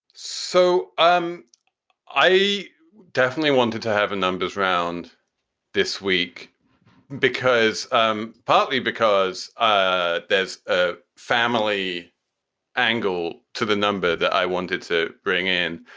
so um i definitely wanted to have a numbers round this week because um partly because ah there's a family angle to the number that i wanted to bring in,